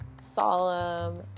solemn